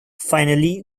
finally